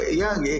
young